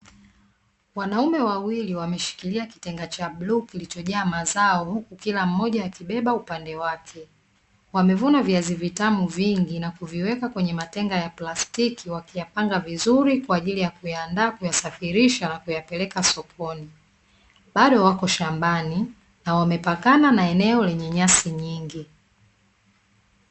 Wanaume wawili wameshikilia kitenga cha bluu kilichojaa mazao, huku kila mmoja akibeba upande wake. Wamevuna viazi vitamu vingi na kuviweka kwenye matenga ya plastiki, wakiyapanga vizuri kwa ajili ya kuiandaa kuyasafirisha na kuyapeleka sokoni. Bado wako shambani na wamepakana na eneo lenye nyasi nyingi.